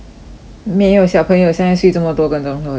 没有小朋友现在睡这么多个钟头 liao 小姐